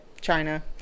china